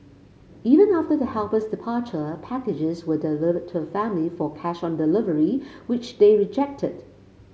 even after the helper's departure packages were delivered to the family for cash on delivery which they rejected